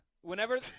whenever